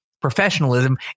professionalism